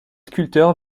sculpteur